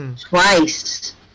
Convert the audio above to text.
Twice